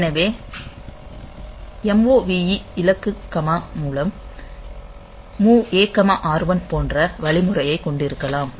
எனவே move இலக்கு comma மூலம் MOV A R1 போன்ற வழிமுறையைக் கொண்டிருக்கலாம்